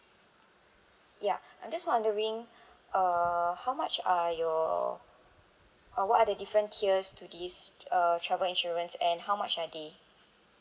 ya I'm just wondering err how much are your uh what are the different tiers to this uh travel insurance and how much are they